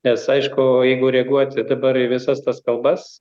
nes aišku jeigu reaguoti dabar į visas tas kalbas